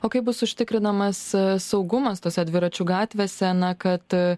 o kaip bus užtikrinamas saugumas tose dviračių gatvėse na kad